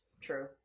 True